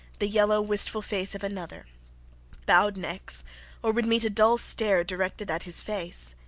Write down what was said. the yellow, wistful face of another bowed necks or would meet a dull stare directed at his face.